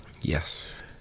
Yes